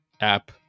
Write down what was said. app